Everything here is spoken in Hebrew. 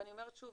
ואני אומרת שוב,